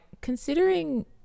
considering